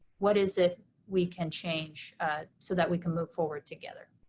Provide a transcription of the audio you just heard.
what is it we can change so that we can move forward together?